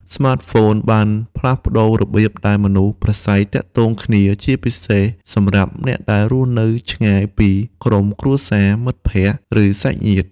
ស្មាតហ្វូនបានផ្លាស់ប្ដូររបៀបដែលមនុស្សប្រាស្រ័យទាក់ទងគ្នា ជាពិសេសសម្រាប់អ្នកដែលរស់នៅឆ្ងាយពីក្រុមគ្រួសារ មិត្តភក្ដិ ឬសាច់ញាតិ។